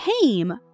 came